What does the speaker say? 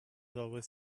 always